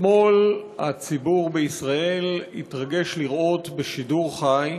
אתמול הציבור בישראל התרגש לראות בשידור חי,